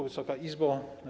Wysoka Izbo!